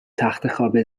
تختخواب